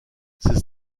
ses